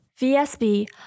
VSB